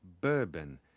bourbon